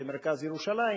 במרכז ירושלים,